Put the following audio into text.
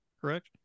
correct